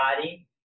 body